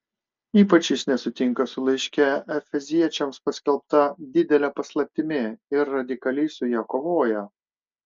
ypač jis nesutinka su laiške efeziečiams paskelbta didele paslaptimi ir radikaliai su ja kovoja